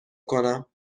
کنم